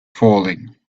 falling